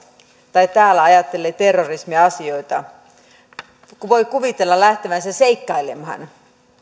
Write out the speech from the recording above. tai täällä ajattelee terrorismiasioita voi kuvitella lähtevänsä seikkailemaan